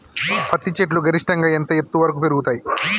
పత్తి చెట్లు గరిష్టంగా ఎంత ఎత్తు వరకు పెరుగుతయ్?